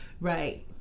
Right